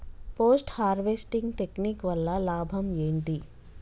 Post harvesting technique వల్ల లాభం ఏంటి?